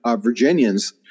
Virginians